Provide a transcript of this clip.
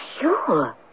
Sure